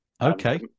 Okay